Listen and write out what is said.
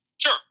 Sure